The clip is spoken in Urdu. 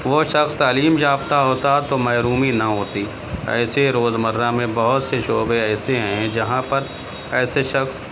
وہ شخص تعلیم یافتہ ہوتا تو محرومی نہ ہوتی ایسے روز مرہ میں بہت سے شعبے ایسے ہیں جہاں پرایسے شخص